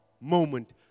moment